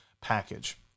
package